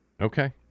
Okay